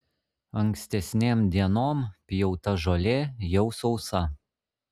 ankstesnėm dienom pjauta žolė jau sausa